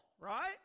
right